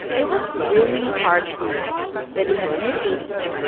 it was really hard to believe that in the mid eighty s,